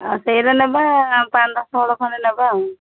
ହଁ ସେଇରା ନେବା ଖଣ୍ଡେ ନେବା ଆଉ